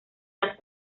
las